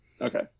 Okay